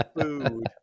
Food